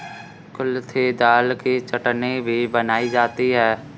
कुल्थी दाल की चटनी भी बनाई जाती है